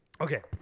Okay